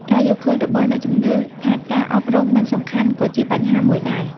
ការយល់ឃើញរបស់អ្នកជំងឺថាការអប់រំមិនសំខាន់ក៏ជាបញ្ហាមួយដែរ។